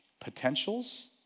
potentials